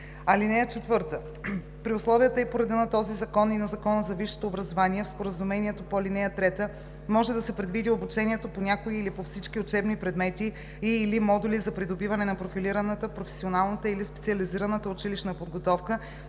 (4) При условията и по реда на този закон и на Закона за висшето образование в споразумението по ал. 3 може да се предвиди обучението по някои или по всички учебни предмети и/или модули за придобиване на профилираната, професионалната или специализираната училищна подготовка